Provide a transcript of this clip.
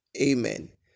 Amen